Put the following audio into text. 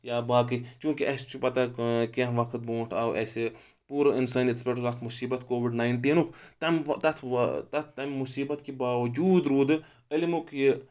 یا باقٕے چوٗنٛکہِ اَسہِ چھُ پَتہ کینٛہہ وقت برونٛٹھ آو اَسہِ پوٗرٕ اِنسان یَتَس پیٚٹھ اکھ مُصیٖبت کووِڈ ناینٹیٖنُک تَمہِ تَتھ تَتھ تَمہِ مُصیٖبت کہِ باوجوٗد روٗدٕ علمُک یہِ